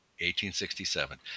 1867